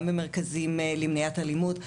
גם במרכזים למניעת אלימות,